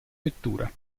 vettura